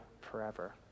forever